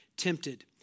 tempted